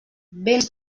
béns